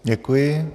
Děkuji.